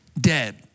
dead